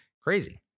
Crazy